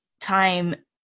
time